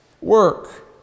work